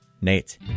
Nate